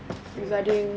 mm